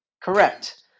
Correct